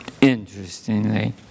Interestingly